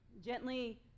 Gently